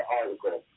article